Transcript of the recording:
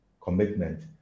commitment